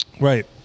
Right